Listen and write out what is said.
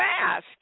ask